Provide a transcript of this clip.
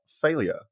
Failure